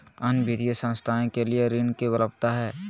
अन्य वित्तीय संस्थाएं के लिए ऋण की उपलब्धता है?